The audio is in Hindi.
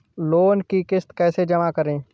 लोन की किश्त कैसे जमा करें?